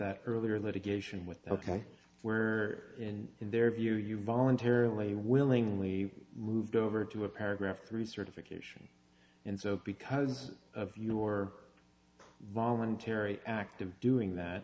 that earlier litigation with the ok where and in their view you voluntarily willingly moved over to a paragraph through certification and so because of your voluntary act of doing that